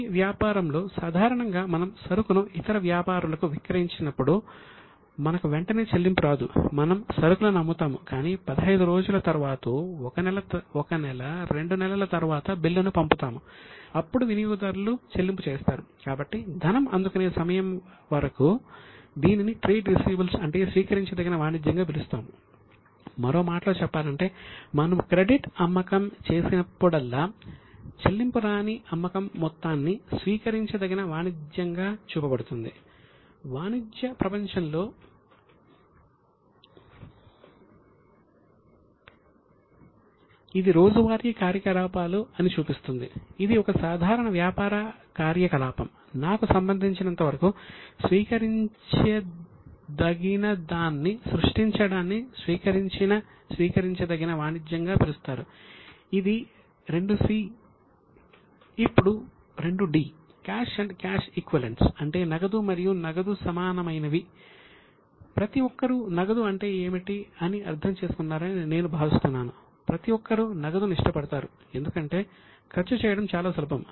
B 2 B అంటే నగదు మరియు నగదు సమానమైనవి ప్రతి ఒక్కరూ నగదు అంటే ఏమిటి అని అర్థం చేసుకున్నారని నేను భావిస్తున్నాను ప్రతి ఒక్కరూ నగదును ఇష్టపడతారు ఎందుకంటే ఖర్చు చేయడం చాలా సులభం